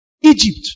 Egypt